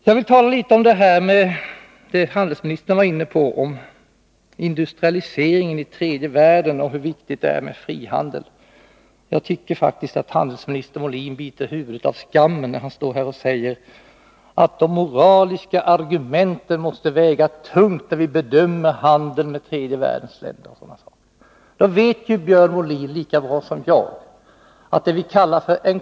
Jag vill tala litet om det som handelsministern var inne på, nämligen industrialiseringen i tredje världen och hur viktigt det är med frihandeln. Jag tycker faktiskt att handelsminister Molin biter huvudet av skam, när han står här och säger att de moraliska argumenten måste väga tungt när vi bedömer handeln med tredje världens länder. Björn Molin känner lika bra som jag till att det förekommer ss.k.